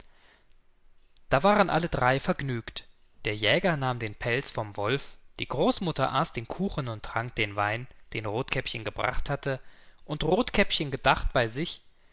da waren alle drei vergnügt der jäger nahm den pelz vom wolf die großmutter aß den kuchen und trank den wein den rothkäppchen gebracht hatte und rothkäppchen gedacht bei sich